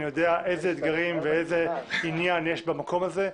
אני יודע איזה אתגרים ואיזה עניין יש במקום הזה.